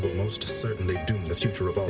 but most certainly doom the future of ah